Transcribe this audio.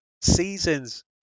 seasons